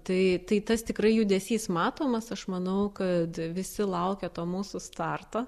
tai tai tas tikrai judesys matomas aš manau kad visi laukė to mūsų starto